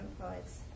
poets